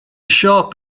shop